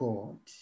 God